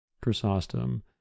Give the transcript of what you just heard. Chrysostom